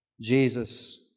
Jesus